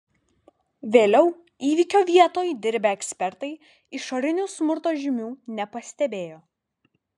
vėliau įvykio vietoj dirbę ekspertai išorinių smurto žymių nepastebėjo